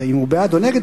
האם הוא בעד או נגד,